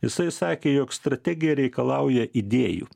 jisai sakė jog strategija reikalauja idėjų